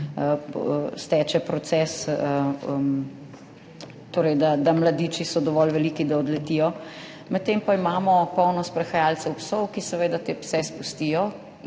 steče proces, torej da mladiči so dovolj veliki, da odletijo. Med tem pa imamo polno sprehajalcev psov, ki seveda te pse spustijo